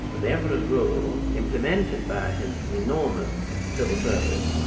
the emperor's rule implemented by his enormous civil service,